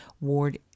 Ward